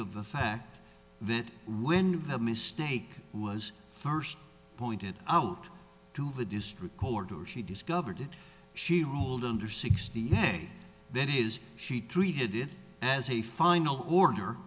of the fact that when the mistake was first pointed out to have a district court or she discovered she ruled under sixty day that is she treated it as a final order